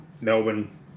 Melbourne